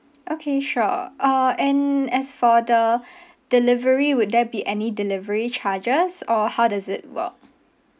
okay sure uh and as for the delivery would there be any delivery charges or how does it work